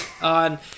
on